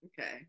Okay